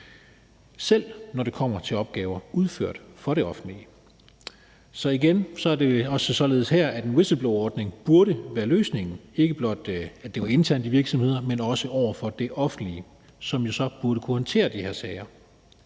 selv når det kommer til opgaver udført for det offentlige. Så igen er det også således her, at en whistleblowerordning burde være løsningen, ikke blot i forhold til internt i virksomheder, men også over for det offentlige, som jo så burde kunne håndtere de her sager.